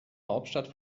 hauptstadt